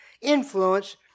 influence